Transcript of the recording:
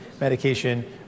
medication